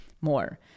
more